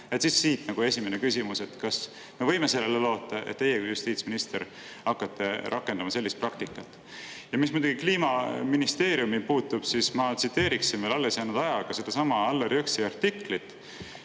Siit esimene küsimus: kas me võime sellele loota, et teie kui justiitsminister hakkate rakendama sellist praktikat? Mis muidugi Kliimaministeeriumisse puutub, siis ma tsiteerin alles jäänud ajaga sedasama Allar Jõksi artiklit.